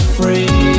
free